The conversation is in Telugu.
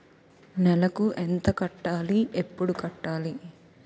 నెలకు ఎంత కట్టాలి? ఎప్పుడు కట్టాలి?